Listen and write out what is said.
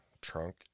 trunk